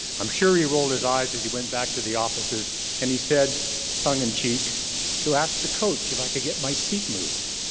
i'm sure he rolled his eyes as he went back to the offices and he said tongue-in-cheek to ask the coach if i could get my seat moved.